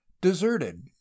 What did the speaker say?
deserted